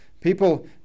People